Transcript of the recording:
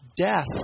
death